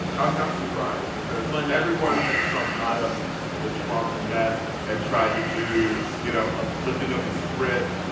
i'm not surprised because. why not. everyone has come out of the trump mess and tried to do, you know, a flipping of the script.